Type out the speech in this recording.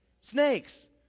Snakes